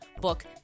book